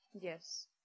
Yes